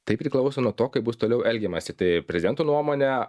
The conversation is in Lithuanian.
tai priklauso nuo to kaip bus toliau elgiamasi tai prezento nuomone